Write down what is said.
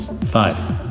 Five